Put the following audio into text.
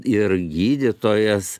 ir gydytojas